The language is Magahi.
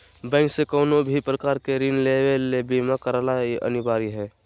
बैंक से कउनो भी प्रकार के ऋण लेवे ले बीमा करला अनिवार्य हय